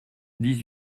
dix